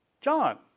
John